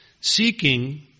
Seeking